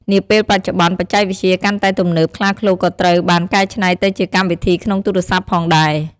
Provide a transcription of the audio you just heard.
នាពេលបច្ចុប្បន្នបច្ចេកវិទ្យាកាន់តែទំនើបខ្លាឃ្លោកក៏ត្រូវបានកែច្នៃទៅជាកម្មវិធីក្នុងទូរស័ព្ទផងដែរ។